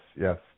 Yes